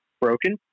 broken